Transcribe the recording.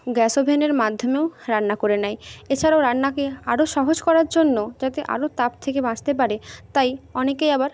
gas ওভেনের মাধ্যমেও রান্না করে নেয় এছাড়াও রান্নাকে আরও সহজ করার জন্য যাতে আরও তাপ থেকে বাঁচতে পারে তাই অনেকেই আবার